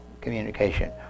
communication